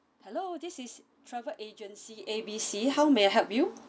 hello this is travel agency A B C how may I help you